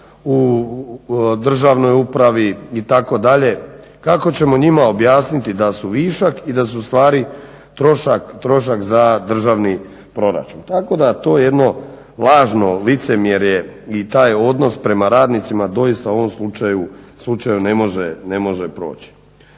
u Državnoj upravi itd., kako ćemo njima objasniti da su višak i da su ustvari trošak za državni proračun. Tako da to jedno lažno licemjerje i taj odnos prema radnicima doista u ovom slučaju ne može proći.